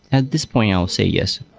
at this point, i will say yes.